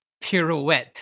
pirouette